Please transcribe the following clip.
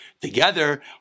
together